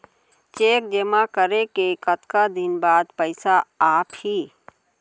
Cheque जेमा करें के कतका दिन बाद पइसा आप ही?